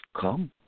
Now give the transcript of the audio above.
come